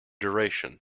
duration